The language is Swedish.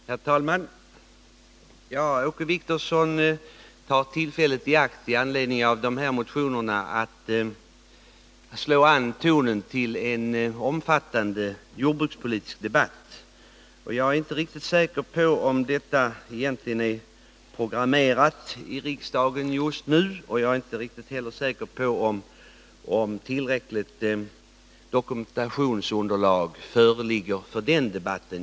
Herr talman! Åke Wictorsson tar, med anledning av dessa motioner, tillfället i akt att slå an tonen till en omfattande jordbrukspolitisk debatt. Jag ärinte riktigt säker på att detta egentligen är inprogrammerat i riksdagen just nu. Jag är inte heller riktigt säker på att tillräckligt diskussionsunderlag f. n. föreligger för en sådan debatt.